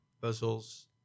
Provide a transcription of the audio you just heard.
puzzles